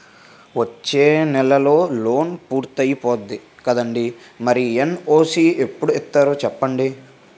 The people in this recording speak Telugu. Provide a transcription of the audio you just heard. వచ్చేనెలే లోన్ పూర్తయిపోద్ది కదండీ మరి ఎన్.ఓ.సి ఎప్పుడు ఇత్తారో సెప్పండి